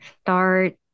start